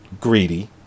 greedy